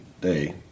day